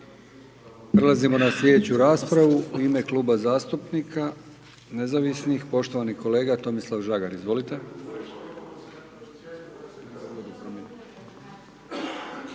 Prelazimo na slijedeću raspravu u ime Kluba zastupnika nezavisnih, poštovani kolega Tomislav Žagar, izvolite.